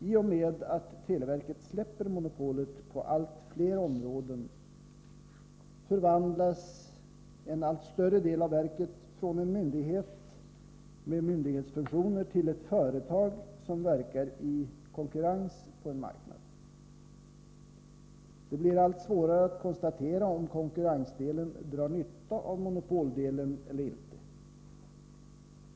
I och med att televerket släpper monopolet på allt fler områden förvandlas en allt större del av verket från en myndighet med myndighetsfunktioner till ett företag som verkar i konkurrens på en marknad. Det blir allt svårare att konstatera om konkurrensdelen drar nytta av monopoldelen eller inte.